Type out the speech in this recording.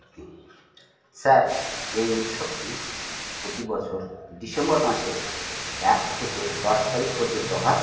sir এই উৎসবটি প্রতি বছর ডিসেম্বর মাসের এক থেকে দশ তারিখ পর্যন্ত হয়